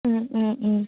ওঁ ওঁ ওঁ